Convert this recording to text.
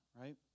right